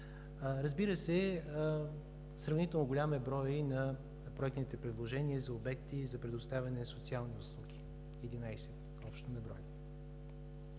Разбира се, сравнително голям е броят и на проектните предложения и за обекти за предоставяне на социални услуги – общо 11 на брой.